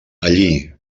allí